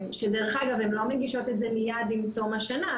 שדרך אגב הן לא מגישות את זה מיד עם תום השנה,